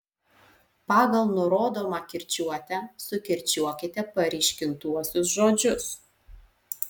pagal nurodomą kirčiuotę sukirčiuokite paryškintuosius žodžius